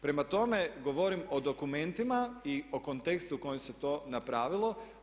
Prema tome, govorim o dokumentima i o kontekstu u kojem se to napravilo.